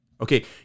Okay